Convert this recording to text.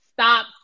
stop